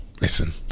listen